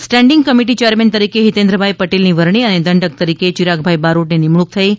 staging committee chairman તરીકે હિતેન્દ્રભાઇ પટેલની વરણી અને દંડક તરીકે ચિરાગભાઇ બારોટની નિમણૂંક થઇ છે